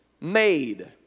made